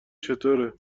چطوره